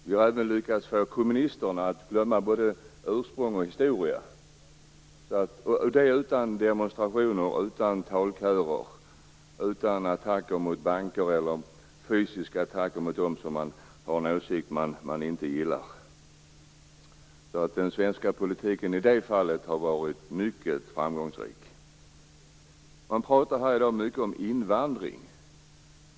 Vi har även lyckats få kommunisterna att glömma både ursprung och historia, och det utan demonstrationer, utan talkörer och utan attacker mot banker eller fysiska attacker mot dem som har en åsikt man inte gillar. Den svenska politiken i det fallet har varit mycket framgångsrik. Man pratar här i dag mycket om invandring.